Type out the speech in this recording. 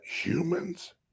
humans